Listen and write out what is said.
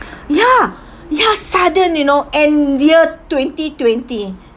ya ya sudden you know in year twenty twenty